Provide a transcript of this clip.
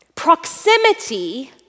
proximity